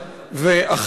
בהחלט כן.